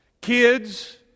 kids